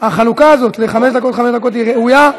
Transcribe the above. החלוקה הזאת לחמש דקות, חמש דקות היא ראויה,